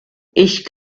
ich